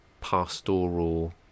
pastoral